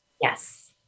Yes